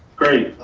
great,